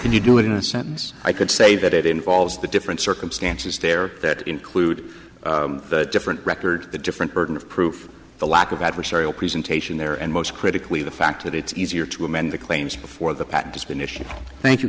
why you do it in a sentence i could say that it involves the different circumstances there that include different record the different burden of proof the lack of adversarial presentation there and most critically the fact that it's easier to amend the claims before the patent has been issued thank you